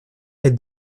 elle